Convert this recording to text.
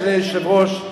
אדוני היושב-ראש,